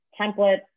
templates